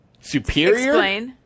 Superior